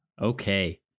Okay